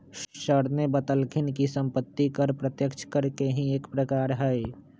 sir ने बतल खिन कि सम्पत्ति कर प्रत्यक्ष कर के ही एक प्रकार हई